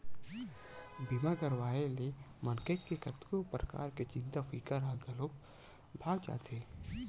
बीमा करवाए ले मनखे के कतको परकार के चिंता फिकर ह घलोक भगा जाथे